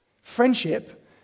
friendship